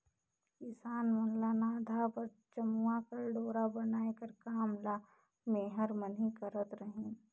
किसान मन ल नाधा बर चमउा कर डोरा बनाए कर काम ल मेहर मन ही करत रहिन